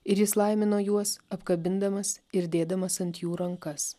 ir jis laimino juos apkabindamas ir dėdamas ant jų rankas